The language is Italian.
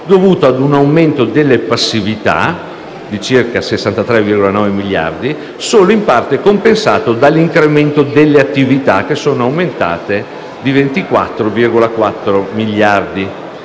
dovuto a un aumento delle passività (circa 63,9 miliardi) solo in parte compensato dall'incremento delle attività (aumentate di 24,4 miliardi).